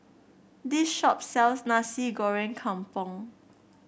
this shop sells Nasi Goreng Kampung